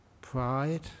pride